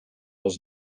was